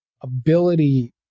ability